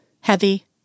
Heavy